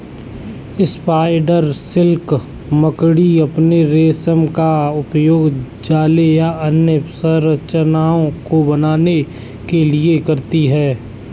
spider silk मकड़ी अपने रेशम का उपयोग जाले या अन्य संरचनाओं को बनाने के लिए करती हैं